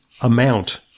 amount